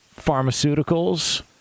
pharmaceuticals